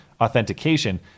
authentication